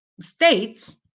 states